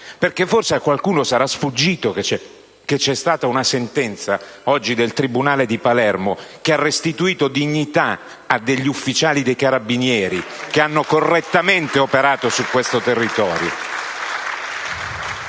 forse a qualcuno sarà sfuggito, infatti, che c'è stata oggi una sentenza del tribunale di Palermo che ha restituito dignità a degli ufficiali dei Carabinieri che hanno correttamente operato sul territorio.